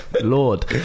Lord